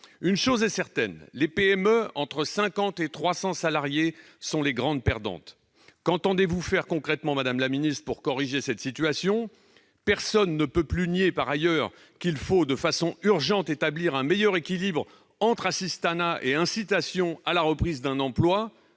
Une chose est certaine, les PME employant entre 50 et 300 salariés sont les grandes perdantes. Qu'entendez-vous faire concrètement, madame la ministre, pour corriger cette situation ? Personne ne peut plus nier, par ailleurs, qu'il faut de toute urgence établir un meilleur équilibre entre assistanat et incitation à la reprise d'un emploi.